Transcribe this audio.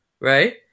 right